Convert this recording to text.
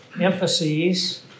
emphases